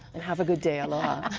and have a good day. aloha.